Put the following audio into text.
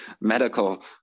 medical